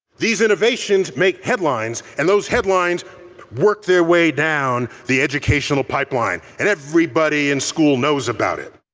these innovations make headlines. and those headlines work their way down the educational pipeline. and everybody in school knows about it.